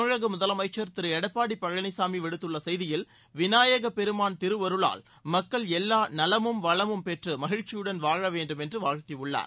தமிழக முதலமைச்சர் திரு எடப்பாடி பழனிசாமி விடுத்துள்ள செய்தியில் விநாயக பெருமான் திருவருளால் மக்கள் எல்வா நலமும் வளமும் பெற்று மகிழ்ச்சியுடன் வாழ வேண்டும் என்று வாழ்த்தியுள்ளார்